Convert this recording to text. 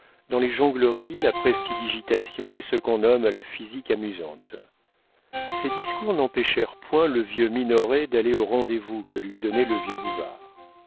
dans les jongleries la prestidigitation et ce qu'on nomme la physique amusante ces discours n'empêchèrent point le vieux minoret d'aller au rendez-vous que lui donnait le vieux